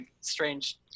strange